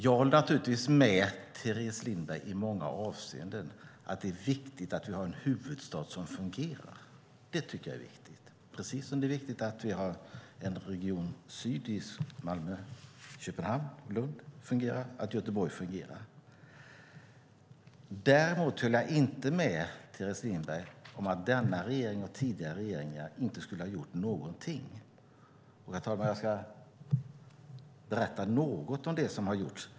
Jag håller naturligtvis med Teres Lindberg i många avseenden. Att vi har en huvudstad som fungerar tycker jag är viktigt, precis som det är viktigt att vi har en Region Syd med Malmö, Köpenhamn och Lund som fungerar och att Göteborg fungerar. Däremot håller jag inte med Teres Lindberg om att denna och tidigare regering inte skulle ha gjort någonting. Herr talman! Låt mig berätta något om det som har gjorts.